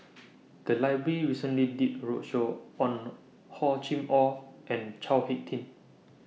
The Library recently did A roadshow on Hor Chim Or and Chao Hick Tin